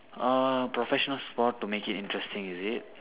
orh professional sport to make it interesting is it